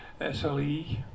SLE